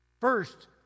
first